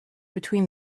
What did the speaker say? between